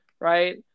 right